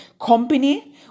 company